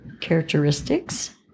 Characteristics